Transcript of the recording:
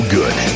good